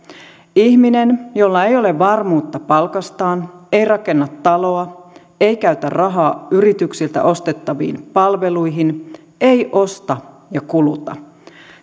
ihminen jolla ei ole varmuutta palkastaan ei rakenna taloa ei käytä rahaa yrityksiltä ostettaviin palveluihin ei osta ja kuluta